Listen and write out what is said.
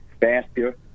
faster